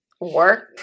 work